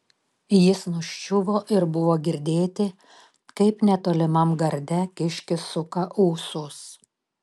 jis nuščiuvo ir buvo girdėti kaip netolimam garde kiškis suka ūsus